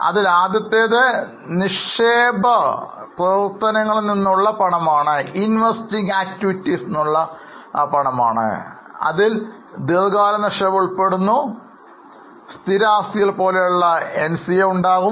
അതിൽ ആദ്യത്തേത് നിക്ഷേപ പ്രവർത്തനങ്ങളിൽ നിന്നുള്ള പണമാണ് അതിൽ ദീർഘകാല നിക്ഷേപം ഉൾപ്പെടുന്നു സ്ഥിര ആസ്തികൾ പോലുള്ള NCA ഉണ്ടാകും